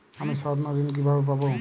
আমি স্বর্ণঋণ কিভাবে পাবো?